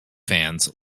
fans